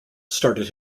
started